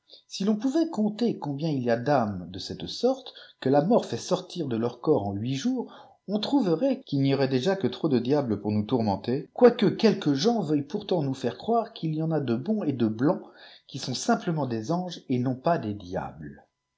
si ton pouvait compter èomîiien il y a d'âmes de celte sorte que la mort fait sortir de leurs corps en huit jours j on trouverait qu'il n'y aurait déjà que trop de diables pour nous tourmenter quoique quelques gens veuillent pourtant nous faire croire qu'il y en a de bons et de blancs qui sont simplement des anges et non pas des diablespour